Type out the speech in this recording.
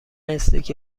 استیک